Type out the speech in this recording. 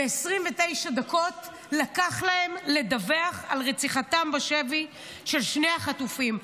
ו-29 דקות לקח להם לדווח על רציחתם בשבי של שני החטופים,